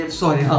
sorry